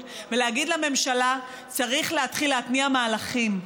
ולהגיד לממשלה: צריך להתחיל להתניע מהלכים.